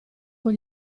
con